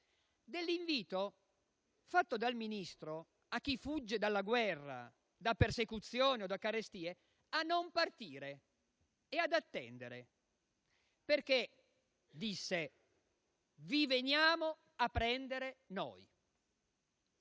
dell'invito fatto dal Ministro a chi fugge da guerra, persecuzioni e carestie a non partire e attendere, perché, come disse, "vi veniamo a prendere noi".